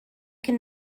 can